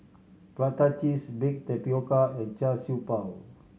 prata cheese baked tapioca and Char Siew Bao